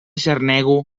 xarnego